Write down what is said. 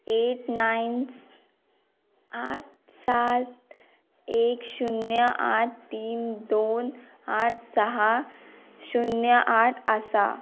eight nine आठ सात एक शुन्य आठ तीन दोन आठ सहा शुन्य आठ आसा